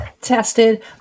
tested